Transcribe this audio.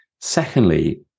Secondly